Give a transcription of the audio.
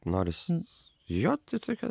noris jo tai tokio